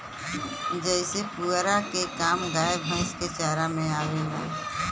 जेसे पुआरा के काम गाय भैईस के चारा में आवेला